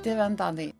tėve antanai